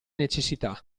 necessità